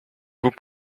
vous